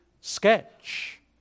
sketch